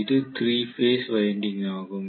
இது 3 phase winding ஆகும்